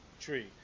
tree